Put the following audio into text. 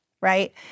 right